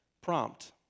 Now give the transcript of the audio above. Prompt